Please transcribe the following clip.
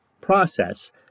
process